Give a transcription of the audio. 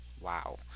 Wow